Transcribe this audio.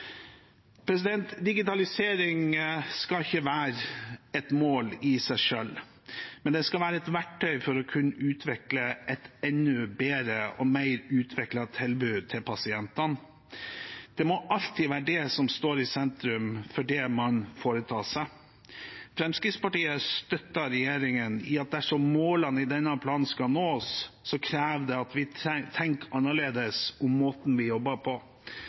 Digitalisering skal ikke være et mål i seg selv, men det skal være et verktøy for å kunne utvikle et enda bedre og mer utviklet tilbud til pasientene. Det må alltid være det som står i sentrum for det man foretar seg. Fremskrittspartiet støtter regjeringen i at dersom målene i denne planen skal nås, krever det at vi tenker annerledes om måten vi jobber på.